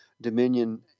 Dominion